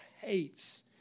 hates